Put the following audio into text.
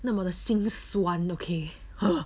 那么的新 suan loki !huh!